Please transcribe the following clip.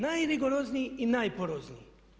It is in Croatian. Najrigorozniji i najporozniji.